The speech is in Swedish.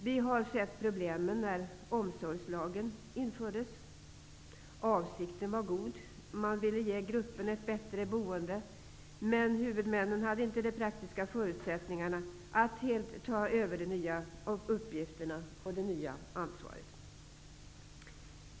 Vi har sett problemen när omsorgslagen infördes; avsikten var god, man ville ge gruppen ett bättre boende, men huvudmännen hade inte de praktiska förutsättningarna att helt ta över de nya uppgifterna och det nya ansvaret.